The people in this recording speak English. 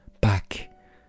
Back